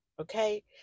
Okay